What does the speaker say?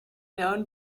known